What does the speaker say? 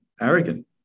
arrogant